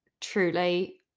truly